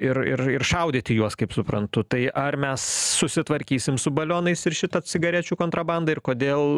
ir ir ir šaudyt į juos kaip suprantu tai ar mes susitvarkysim su balionais ir šita cigarečių kontrabanda ir kodėl